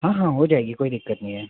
हाँ हाँ हो जाएगी कोई दिक़्क़त नहीं है